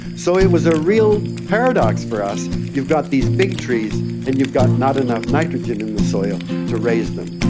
so it was a real paradox for us. you've got these big trees and you've got not enough nitrogen in the soil to raise them.